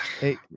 hey